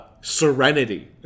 serenity